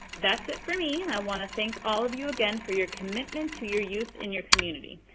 that's it for me. i want to thank all of you again for your commitment to your youth in your community.